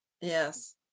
Yes